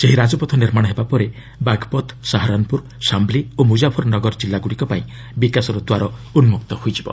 ଏହି ରାଜପଥ ନିର୍ମାଣ ହେବା ପରେ ବାଘପତ୍ ସାହାରାନପୁର ସାମ୍ବଲୀ ଓ ମୁକାଫରନଗର ଜିଲ୍ଲାଗୁଡ଼ିକ ପାଇଁ ବିକାଶର ଦ୍ୱାର ଉନ୍କୁକ୍ତ ହୋଇଯିବ